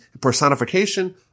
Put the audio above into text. personification